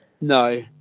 No